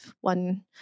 one